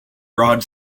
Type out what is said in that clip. broad